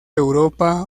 europa